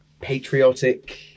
patriotic